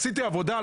עשיתי עבודה,